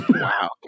Wow